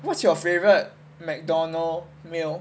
what's your favourite Mcdonald meal